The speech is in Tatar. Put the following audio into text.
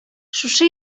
шушы